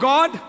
God